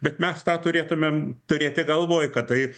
bet mes tą turėtumėm turėti galvoj kad tai